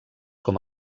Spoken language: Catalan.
com